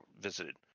visited